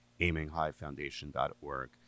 aiminghighfoundation.org